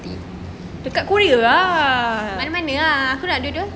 dekat korea lah